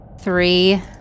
three